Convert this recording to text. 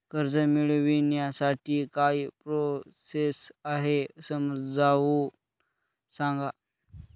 कर्ज मिळविण्यासाठी काय प्रोसेस आहे समजावून सांगा